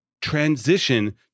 transition